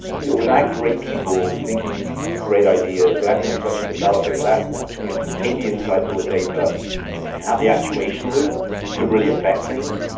yeah without great people thinking great ideas, without being able to actually develop it, without actually being able to take the insights or the data and have the actuation loop to really affect things,